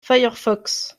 firefox